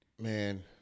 Man